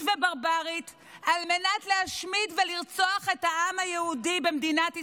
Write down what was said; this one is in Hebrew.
וברברית על מנת להשמיד ולרצוח את העם היהודי במדינת ישראל.